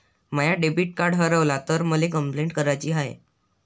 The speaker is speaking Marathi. माय डेबिट कार्ड हारवल तर मले कंपलेंट कराची हाय